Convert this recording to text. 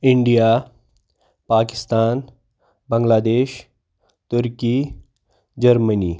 India Pakistan Bangladesh Turkey Germany